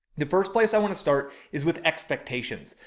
the first place i want to start is with expectations.